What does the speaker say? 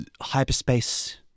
hyperspace